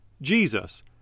Jesus